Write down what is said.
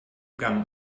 gang